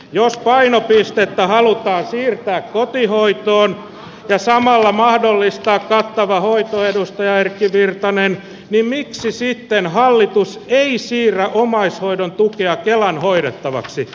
jos painopistettä halutaan siirtää kotihoitoon ja samalla mahdollistaa kattava hoito edustaja erkki virtanen niin miksi sitten hallitus ei siirrä omaishoidon tukea kelan hoidettavaksi